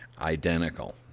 identical